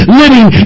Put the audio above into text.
living